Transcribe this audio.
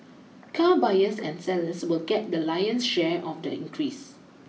car buyers and sellers will get the lion's share of the increase